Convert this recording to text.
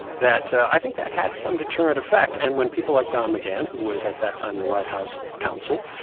that i think that had some deterrent effect. and when people like don mcgahn, who was at that time the white house counsel,